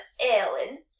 Ellen